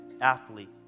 athlete